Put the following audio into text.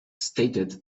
stated